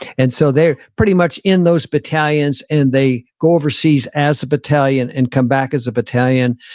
and so they're pretty much in those battalions and they go overseas as a battalion and come back as a battalion.